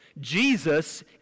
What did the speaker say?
Jesus